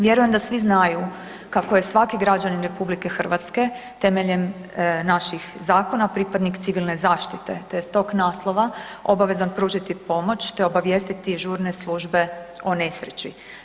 Vjerujem da svi znaju kako je svaki građanin RH temeljem naših zakona pripadnik civilne zaštite te je s tog naslova obavezan pružiti pomoć te obavijestiti žurne službe o nesreći.